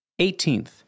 18th